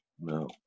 No